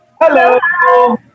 Hello